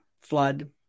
flood